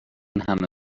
همه